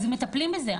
אז מטפלים בזה,